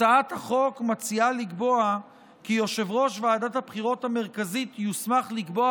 הצעת החוק מציעה לקבוע כי יושב-ראש ועדת הבחירות המרכזית יוסמך לקבוע,